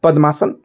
पद्मासन